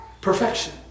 perfection